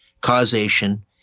causation